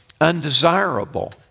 Undesirable